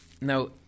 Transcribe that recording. now